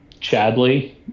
Chadley